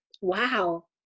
wow